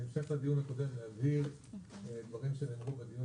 בהמשך לדיון הקודם להבהיר דברים שנאמרו בדיון